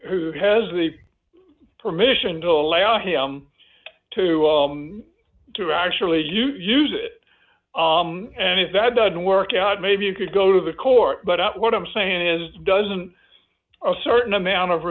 who has the permission to allow him to to actually use it and if that doesn't work out maybe you could go to the court but what i'm saying is doesn't a certain amount of